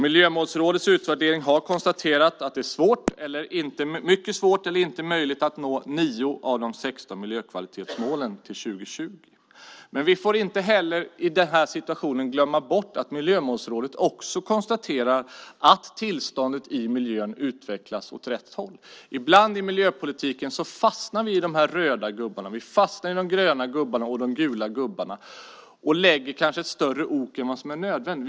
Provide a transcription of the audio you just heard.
Miljömålsrådets utvärdering har konstaterat att det är mycket svårt eller inte möjligt att nå 9 av de 16 miljökvalitetsmålen till 2020. Men vi får inte heller i den här situationen glömma bort att Miljömålsrådet också konstaterar att tillståndet i miljön utvecklas åt rätt håll. I miljöpolitiken fastnar vi ibland i de här röda, gröna och gula gubbarna och lägger kanske på oss ett större ok än vad som är nödvändigt.